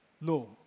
no